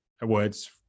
words